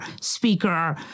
speaker